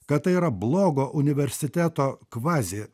kad tai yra blogo universiteto kvazi